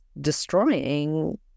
destroying